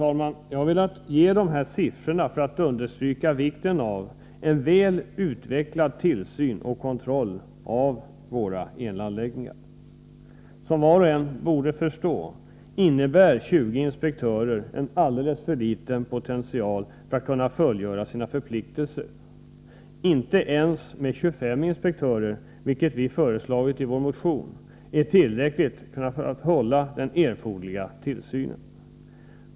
Jag har velat ge dessa siffror för att understryka vikten av en väl utvecklad tillsyn och kontroll av våra elanläggningar. Som var och en borde förstå innebär 20 inspektörer en alldeles för liten potential för att inspektionen skall kunna fullgöra sina förpliktelser. Inte ens 25 inspektörer, vilket vi föreslagit i motioner, är tillräckligt för att hålla den erforderliga tillsynen.